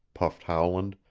puffed howland,